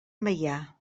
meià